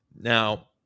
Now –